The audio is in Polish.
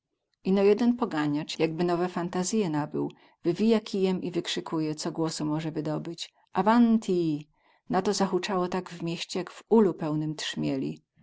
ino jeden poganiac jakby nowe fantazyje nabył wywija kijem i wykrzykuje co głosu moze wydobyć avanti na to zahucało tak w mieście jak w ulu pełnym trzmieli